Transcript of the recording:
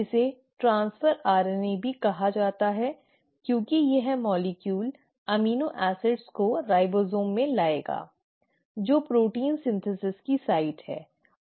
इसे transfer RNA भी कहा जाता है क्योंकि यह अणु वास्तव में अमीनो एसिड को राइबोसोम में लाएगा जो प्रोटीन संश्लेषण की साइट है